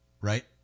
right